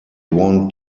want